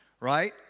right